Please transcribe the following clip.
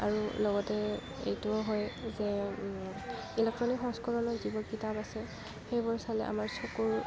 আৰু লগতে এইটোৱো হয় যে ইলেক্ট্ৰনিক সংস্কৰণত যিবোৰ কিতাপ আছে সেইবোৰ চালে আমাৰ চকুৰ